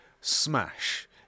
smash